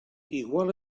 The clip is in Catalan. igual